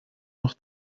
noch